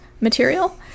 material